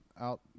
out